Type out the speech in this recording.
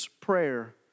Prayer